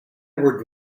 were